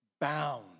bound